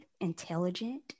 intelligent